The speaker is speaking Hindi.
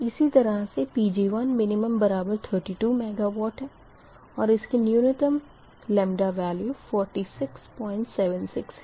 इसी तरह से Pg1min32 MW और इसकी न्यूनतम वेल्यू 4676 है